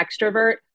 extrovert